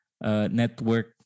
network